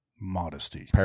Modesty